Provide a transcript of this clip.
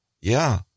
Yeah